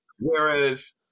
whereas